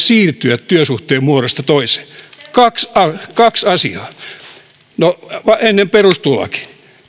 siirtyä työsuhteen muodosta toiseen kaksi kaksi asiaa no ennen perustuloakin